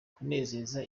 kunezeza